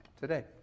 today